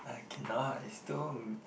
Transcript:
I cannot it's too